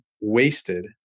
wasted